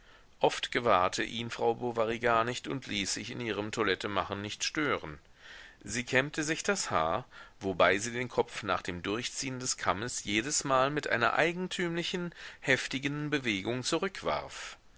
oft gewahrte ihn frau bovary gar nicht und ließ sich in ihrem toilettemachen nicht stören sie kämmte sich das haar wobei sie den kopf nach dem durchziehen des kammes jedesmal mit einer eigentümlichen heftigen bewegung zurückwarf